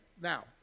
Now